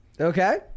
okay